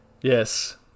Yes